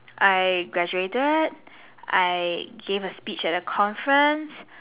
I graduated I gave a speech at a conference